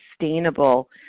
sustainable